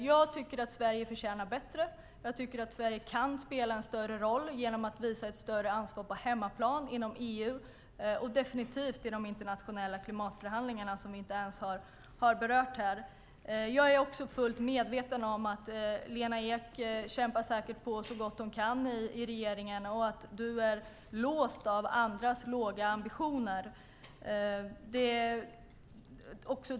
Jag tycker att Sverige förtjänar bättre, att Sverige kan spela en större roll genom att visa ett större ansvar på hemmaplan och inom EU och definitivt i de internationella klimatförhandlingarna som vi inte ens har berört här. Jag är också fullt medveten om att Lena Ek, som säkert kämpar på så gott hon kan i regeringen, är låst av andras låga ambitioner.